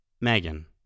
Megan